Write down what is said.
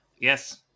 Yes